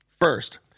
first